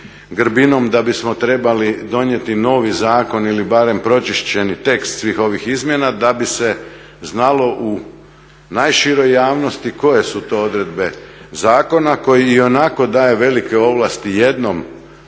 da bismo trebali donijeti novi zakon ili barem pročišćeni tekst svih ovih izmjena da bi se znalo u najširoj javnosti koje su to odredbe zakona koji ionako daje velike ovlasti jednom